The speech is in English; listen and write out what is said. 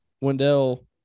Wendell